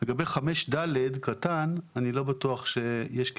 לגבי 5(ד) קטן אני לא בטוח שיש קשר.